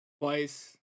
Twice